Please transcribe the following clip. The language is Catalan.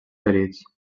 ferits